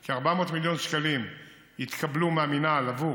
כי 400 מיליון שקלים התקבלו מהמינהל עבור